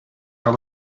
our